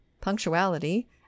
punctuality